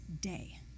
Day